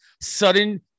sudden